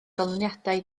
ganlyniadau